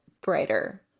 brighter